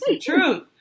truth